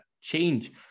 change